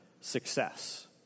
Success